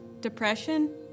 depression